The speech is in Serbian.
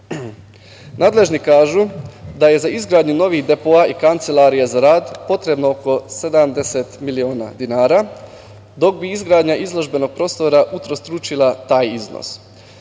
Nadležni kažu da je za izgradnju novih depoa i kancelarija za rad potrebno oko 70 miliona dinara, dok bi izgradnja izložbenog prostora utrostručila taj iznos,